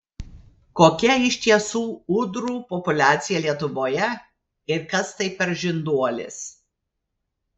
kokia iš tiesų ūdrų populiacija lietuvoje ir kas tai per žinduolis